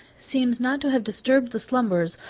seems not to have disturbed the slumbers,